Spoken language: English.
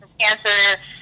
Cancer